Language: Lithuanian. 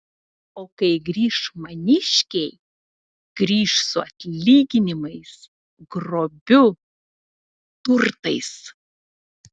na o kai grįš maniškiai grįš su atlyginimais grobiu turtais